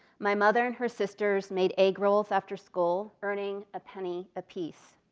my mother and her sisters made egg rolls after school earning a penny a piece.